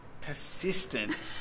persistent